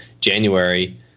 January